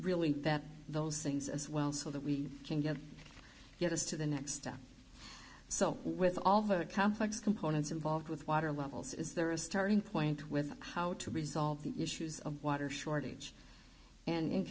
really get that those things as well so that we can get get us to the next step so with all the complex components involved with water levels is there a starting point with how to resolve the issues of water shortage and in